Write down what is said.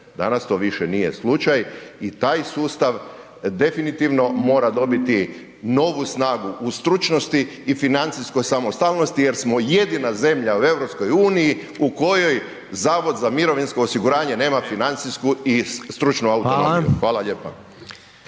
Danas to više nije slučaj i taj sustav definitivno mora dobiti novu snagu u stručnosti i financijskoj samostalnosti jer smo jedina zemlja u EU u kojoj Zavod za mirovinsko osiguranje nema financijsku i stručnu autonomiju. Hvala lijepa.